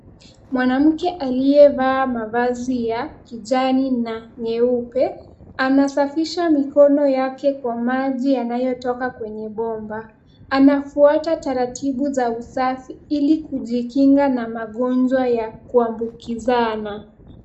Mwanamke aliyevaa mavazi ya kijani na nyeupe, anasafisha mikono yake kwa maji yanayotoka kwenye bomba. Anafuata taratibu za usafi ili kujikinga na magonjwa ya kuambukizana.